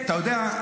אתה יודע,